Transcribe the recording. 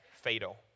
Fatal